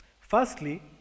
Firstly